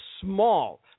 small